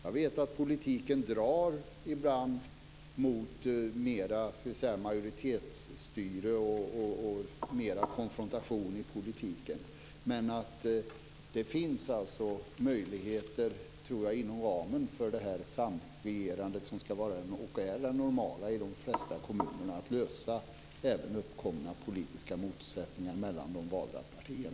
Jag vet att politiken ibland drar mot majoritetsstyre och mot mera konfrontation, men jag tror att det finns möjlighet att lösa uppkomna politiska motsättningar mellan de valda partierna inom ramen för det samregerande som ska vara och är det normala i de flesta kommuner.